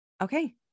okay